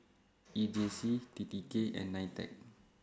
E J C T T K and NITEC